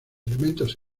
elementos